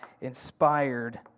inspired